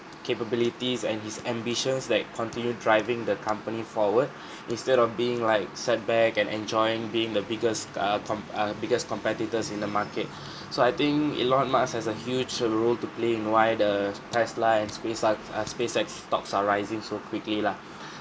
capabilities and his ambitions that continue driving the company forward instead of being like sat back and enjoying being the biggest c~ uh comp~ uh biggest competitors in the market so I think elon musk has a huge a role to play in why the tesla and spacea~ uh spacex stocks are rising so quickly lah